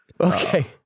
okay